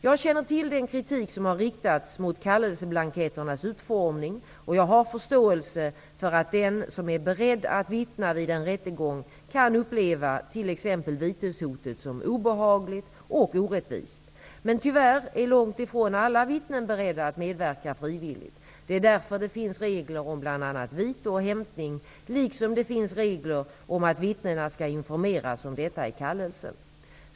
Jag känner till den kritik som har riktats mot kallelseblanketternas utformning, och jag har förståelse för att den som är beredd att vittna vid en rättegång kan uppleva t.ex. viteshotet som obehagligt och orättvist. Tyvärr är långt ifrån alla vittnen beredda att medverka frivilligt. Det är därför det finns regler om bl.a. vite och hämtning, liksom det finns regler om att vittnena skall informeras om detta i kallelsen.